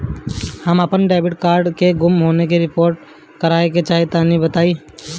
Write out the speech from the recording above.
हम अपन debit card के गुम होने की रिपोर्ट करे चाहतानी